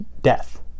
death